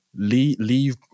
leave